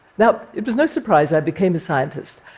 now, it was no surprise i became a scientist.